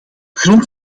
grond